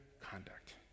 conduct